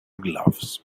gloves